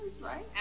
right